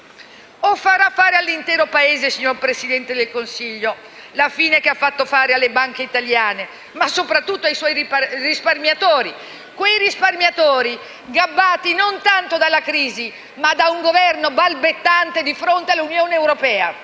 O farà fare all'intero Paese, signor Presidente del Consiglio, la fine che ha fatto fare alle banche italiane, ma soprattutto ai suoi risparmiatori, quei risparmiatori gabbati non tanto dalla crisi, ma da un Governo balbettante di fronte all'Unione Europea?